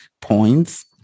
points